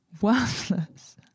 Worthless